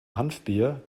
hanfbier